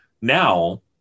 Now